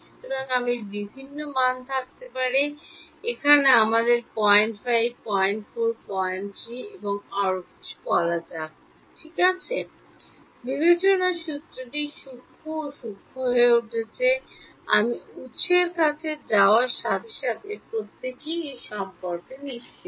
সুতরাং আমি বিভিন্ন মান থাকতে পারে এখানে আমাদের 05 04 03 এবং আরও কিছু বলা যাক ঠিক আছে বিবেচনার সূত্রটি সূক্ষ্ম ও সূক্ষ্ম হয়ে উঠছে আমি উত্সের কাছে যাওয়ার সাথে সাথে প্রত্যেকেই এ সম্পর্কে নিশ্চিত